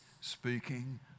speaking